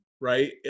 right